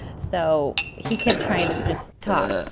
so he kept trying to just talk.